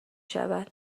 شود